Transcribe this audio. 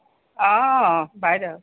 অ বাইদেউ